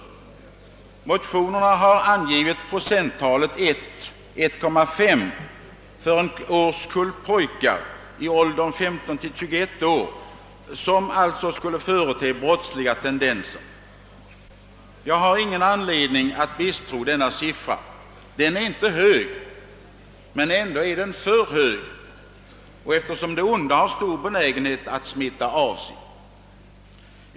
I motionerna har angivits procenttalet 1—1,5 av en årskull pojkar i åldern 15—21 år som skulle förete brottsliga tendenser. Jag har ingen anledning att misstro dessa siffror. De är inte höga men ändå för höga, eftersom det onda har stor benägenhet att smitta av sig.